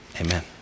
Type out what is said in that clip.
amen